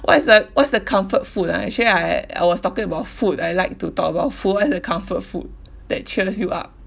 what is that what's the comfort food ah actually I I was talking about food I like to talk about food what's the comfort food that cheers you up